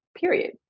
period